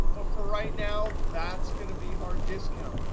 but for right now, that's going to be our discount.